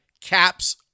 caps